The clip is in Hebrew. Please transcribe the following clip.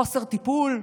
חוסר טיפול,